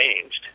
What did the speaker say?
changed